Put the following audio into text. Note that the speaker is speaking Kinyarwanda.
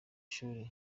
shuri